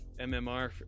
MMR